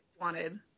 wanted